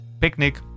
picnic